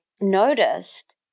noticed